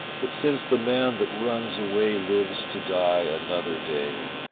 but since the man that runs away lives to die another day,